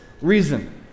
reason